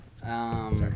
Sorry